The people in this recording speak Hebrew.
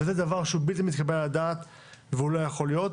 וזה דבר שהוא בלתי מתקבל על הדעת והוא לא יכול להיות.